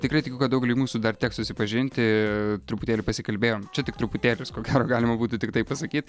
tikrai tikiu kad daugeliui mūsų dar teks susipažinti truputėlį pasikalbėjom čia tik truputėlis ko gero galima būtų tiktai pasakyt